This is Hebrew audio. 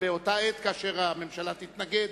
באותה עת, כאשר הממשלה תתנגד,